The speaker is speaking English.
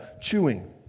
chewing